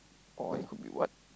or it could be what